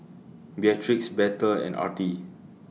Beatrix Bethel and Artie